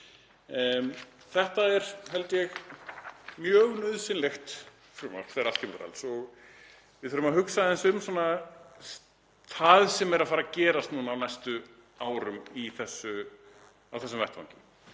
Þetta er, held ég, mjög nauðsynlegt frumvarp þegar allt kemur til alls og við þurfum að hugsa aðeins um það sem er að fara að gerast á næstu árum á þessum vettvangi.